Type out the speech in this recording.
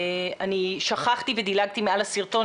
שכחתי ודילגתי על הסרטון.